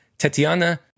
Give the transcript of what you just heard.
Tatiana